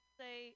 say